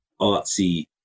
artsy